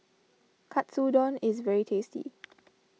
Katsudon is very tasty